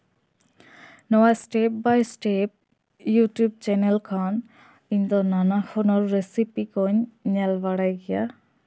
ᱱᱚᱣᱟ step by step YouTube channel ᱠᱷᱚᱱ ᱤᱧ ᱫᱚ ᱱᱟᱱᱟ ᱦᱩᱱᱟᱹᱨ ᱨᱮᱥᱤᱯᱤ ᱠᱚᱦᱚᱸᱧ ᱧᱮᱞ ᱵᱟᱲᱟᱭ ᱜᱮᱭᱟ